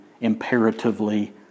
imperatively